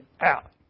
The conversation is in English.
out